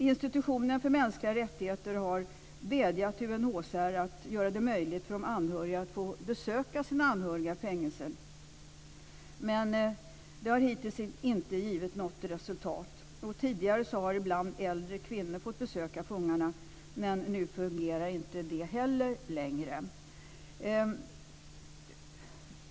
Institutionen för mänskliga rättigheter har vädjat till UNHCR att göra det möjligt för de anhöriga att få besöka sina anhöriga i fängelse, men det har hittills inte givit något resultat. Tidigare har ibland äldre kvinnor fått besöka fångarna, men nu fungerar inte det heller längre.